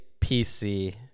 PC